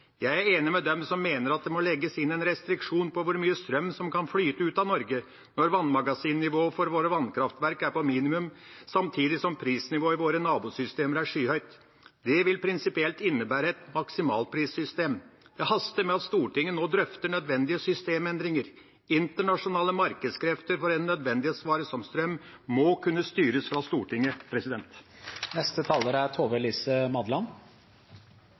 Jeg er enig med dem som mener at det må legges inn en restriksjon på hvor mye strøm som kan flyte ut av Norge, når vannmagasinnivået for våre vannkraftverk er på et minimum, samtidig som prisnivået i våre nabosystemer er skyhøyt. Det vil prinsipielt innebære et maksimalprissystem. Det haster med at Stortinget nå drøfter nødvendige systemendringer. Internasjonale markedskrefter for en nødvendighetsvare som strøm må kunne styres fra Stortinget.